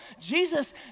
Jesus